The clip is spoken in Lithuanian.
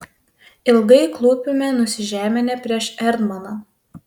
ilgai klūpime nusižeminę prieš erdmaną